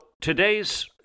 today's